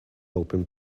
open